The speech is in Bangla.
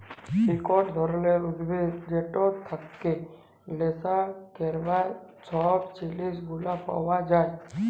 একট ধরলের উদ্ভিদ যেটর থেক্যে লেসা ক্যরবার সব জিলিস গুলা পাওয়া যায়